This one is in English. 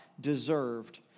deserved